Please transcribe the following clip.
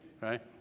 right